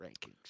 rankings